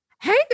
Hey